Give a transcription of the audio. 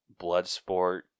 Bloodsport